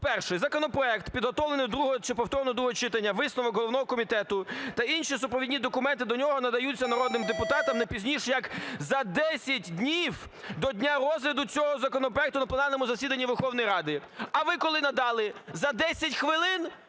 1. Законопроект, підготовлений до другого чи повторного другого читання, висновок головного комітету та інші супровідні документи до нього надаються народним депутатам не пізніше, як за десять днів до дня розгляду цього законопроекту на пленарному засіданні Верховної Ради". А ви коли надали: за 10 хвилин?